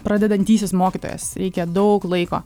pradedantysis mokytojas reikia daug laiko